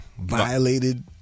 violated